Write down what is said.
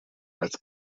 als